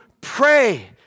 pray